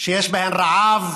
שיש בהן רעב,